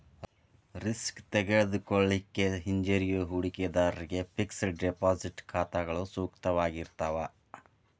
risk ತೆಗೆದುಕೊಳ್ಳಿಕ್ಕೆ ಹಿಂಜರಿಯೋ ಹೂಡಿಕಿದಾರ್ರಿಗೆ ಫಿಕ್ಸೆಡ್ ಡೆಪಾಸಿಟ್ ಖಾತಾಗಳು ಸೂಕ್ತವಾಗಿರ್ತಾವ